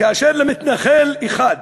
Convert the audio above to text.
כאשר למתנחל אחד,